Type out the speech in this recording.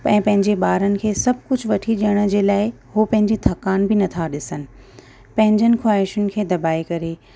ऐं पंहिंजे बारनि खे सभु कुझु वठी ॾियण जे लाइ उहो पंहिंजी थकान बि नथा ॾिसणु पंहिंजनि ख़्वाहिशुनि खे दॿाए करे